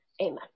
Amen